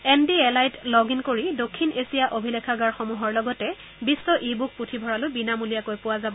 N D L আইত log in কৰি দক্ষিণ এছিয়া অভিলেখাগাৰসমূহৰ লগতে বিশ্ব ই বুক পুথিভঁৰালো বিনামূলীয়াকৈ পোৱা যাব